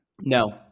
no